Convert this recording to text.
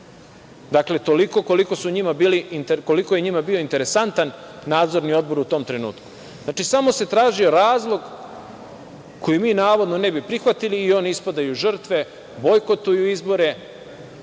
toliko koliko je njima bio interesantan Nadzorni odbor u tom trenutku. Znači, samo se tražio razlog koji mi, navodno, ne bi prihvatili i oni ispadaju žrtve, bojkotuju izbore.